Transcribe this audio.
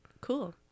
Cool